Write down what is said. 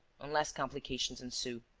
unless complications ensue.